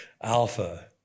Alpha